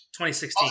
2016